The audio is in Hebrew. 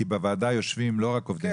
כי בוועדה יושבים לא רק עובדי מדינה.